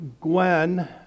Gwen